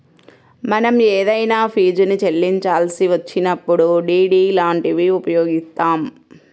మనం ఏదైనా ఫీజుని చెల్లించాల్సి వచ్చినప్పుడు డి.డి లాంటివి ఉపయోగిత్తాం